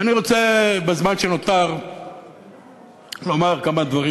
אני רוצה בזמן שנותר לומר כמה דברים